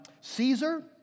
Caesar